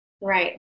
Right